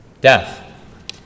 Death